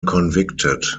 convicted